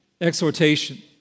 exhortation